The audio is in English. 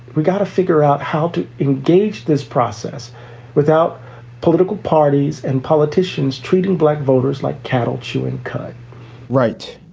we got to figure out how to engage this process without political parties and politicians treating black voters like cattle chewing cud right.